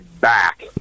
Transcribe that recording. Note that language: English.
back